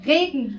Regen